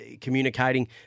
communicating